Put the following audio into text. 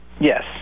Yes